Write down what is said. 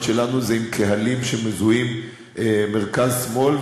שלנו הן עם קהלים שמזוהים מרכז שמאל,